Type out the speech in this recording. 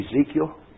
Ezekiel